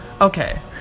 Okay